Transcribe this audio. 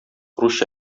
русча